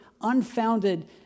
unfounded